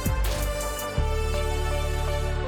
מסדר-היום.